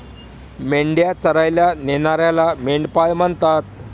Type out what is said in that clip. मेंढ्या चरायला नेणाऱ्याला मेंढपाळ म्हणतात